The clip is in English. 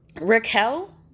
Raquel